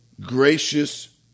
gracious